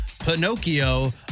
Pinocchio